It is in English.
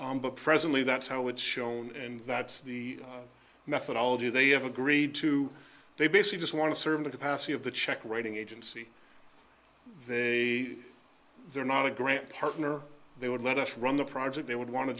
but presently that's how it's shown and that's the methodology they have agreed to they basically just want to serve the capacity of the check writing agency they are not a great partner they would let us run the project they would want to